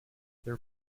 their